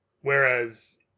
Whereas